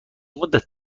مدت